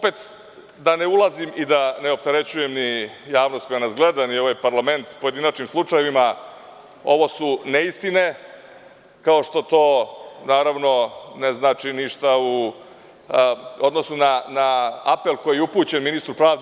Da ne ulazim i da ne opterećujem javnost koja nas gleda ni ovaj parlament pojedinačnim slučajevima, ovo su neistine, kao što to ne znači ništa u odnosu na apel koji je upućen ministru pravde.